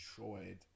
enjoyed